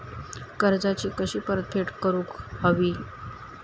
कर्जाची कशी परतफेड करूक हवी?